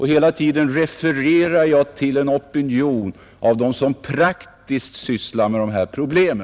Hela tiden har jag refererat till en opinion bland dem som praktiskt sysslat med dessa problem.